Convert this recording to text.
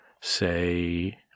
say